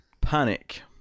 panic